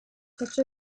such